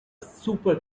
super